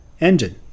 engine